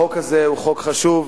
החוק הזה הוא חוק חשוב,